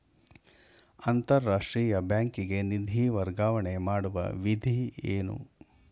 ಅಂತಾರಾಷ್ಟ್ರೀಯ ಬ್ಯಾಂಕಿಗೆ ನಿಧಿ ವರ್ಗಾವಣೆ ಮಾಡುವ ವಿಧಿ ಏನು?